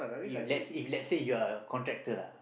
if let's if let's say you are a contractor lah